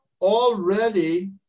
already